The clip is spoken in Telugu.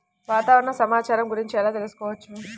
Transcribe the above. వాతావరణ సమాచారము గురించి ఎలా తెలుకుసుకోవచ్చు?